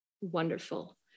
Wonderful